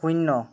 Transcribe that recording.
শূন্য